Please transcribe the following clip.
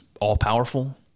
all-powerful